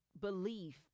belief